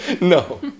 No